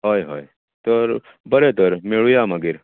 हय हय बरें तर मेळुया मागीर